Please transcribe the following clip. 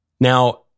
Now